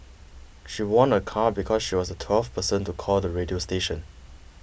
she won a car because she was twelfth person to call the radio station